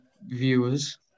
viewers